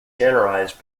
generalized